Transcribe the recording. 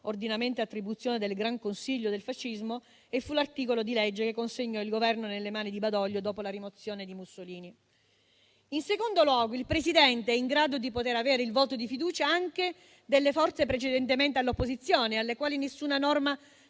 ordinamento e attribuzioni del Gran Consiglio del fascismo, che consegnò il Governo nelle mani di Badoglio dopo la rimozione di Mussolini. In secondo luogo, il Presidente è in grado di avere il voto di fiducia anche delle forze precedentemente all'opposizione, alle quali nessuna norma